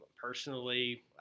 Personally